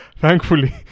thankfully